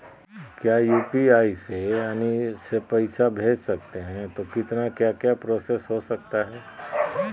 क्या यू.पी.आई से वाणी से पैसा भेज सकते हैं तो कितना क्या क्या प्रोसेस हो सकता है?